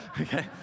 okay